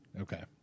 Okay